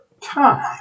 time